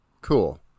cool